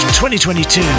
2022